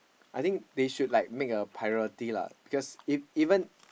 I think they should like make a priority lah cause if even